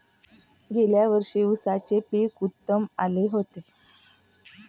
गेल्या वर्षी उसाचे पीक उत्तम आले होते